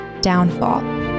Downfall